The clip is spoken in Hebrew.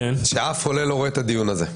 שאף עולה לא רואה את הדיון הזה.